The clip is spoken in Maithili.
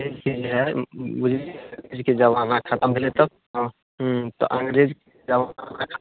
गेलखिन रऽ बुझलियै अंग्रेजके जमाना खतम भेलै तब हँ अंग्रेजके जमाना